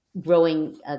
growing